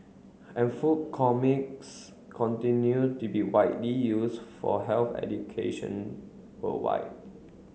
and food comics continue to be widely use for health education worldwide